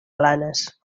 planes